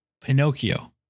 Pinocchio